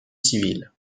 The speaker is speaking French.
civile